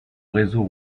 réseau